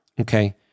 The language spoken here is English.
okay